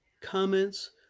comments